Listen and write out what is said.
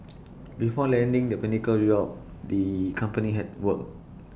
before landing the pinnacle job the company had worked